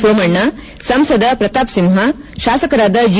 ಸೋಮಣ್ಣ ಸಂಸದ ಪ್ರತಾಪ್ ಸಿಂಹ ಶಾಸಕರಾದ ಜಿ